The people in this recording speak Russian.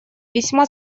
весьма